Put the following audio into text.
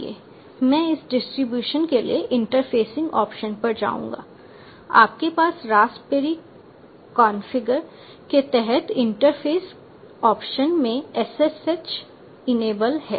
मैं इस डिस्ट्रीब्यूशन के लिए इंटरफेसिंग ऑप्शंस पर जाऊंगा आपके पास रास्पबेरी कॉन्फ़िग के तहत इंटरफ़ेस ऑप्शन में SSH इनेबल है